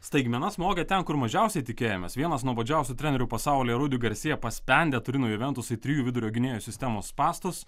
staigmena smogia ten kur mažiausiai tikėjomės vienas nuobodžiausių trenerių pasaulyje rudy garsėja paspendė turino juventusui trijų vidurio gynėjų sistemos spąstus